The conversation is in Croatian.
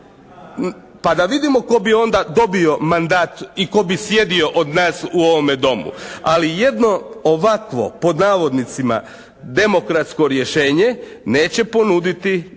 Pa da vidimo tko bi onda dobio mandat i tko bi sjedio od nas u ovome Domu? Ali jedno ovakvo, pod navodnicima, demokratsko rješenje neće ponuditi nitko